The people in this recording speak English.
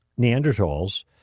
Neanderthals